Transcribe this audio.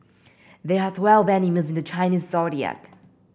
there are twelve animals in the Chinese Zodiac